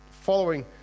following